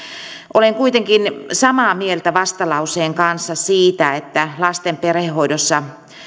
olen kuitenkin samaa mieltä vastalauseen kanssa siitä että lasten perhehoidossa